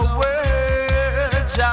words